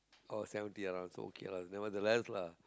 oh seventy ah around so okay lah nevertheless lah